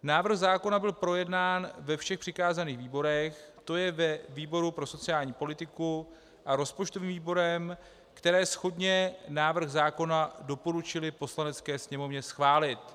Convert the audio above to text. Návrh zákona byl projednán ve všech přikázaných výborech, tj. ve výboru pro sociální politiku a rozpočtovým výborem, které shodně návrh zákona doporučily Poslanecké sněmovně schválit.